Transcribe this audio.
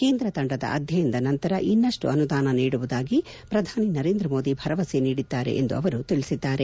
ಕೇಂದ್ರ ತಂಡದ ಅಧ್ಯಯನದ ನಂತರ ಇನ್ನಷ್ಟು ಅನುದಾನ ನೀಡುವುದಾಗಿ ಪ್ರಧಾನಿ ನರೇಂದ್ರ ಮೋದಿ ಭರವಸೆ ನೀಡಿದ್ದಾರೆ ಎಂದು ಅವರು ತಿಳಿಸಿದ್ದಾರೆ